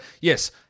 Yes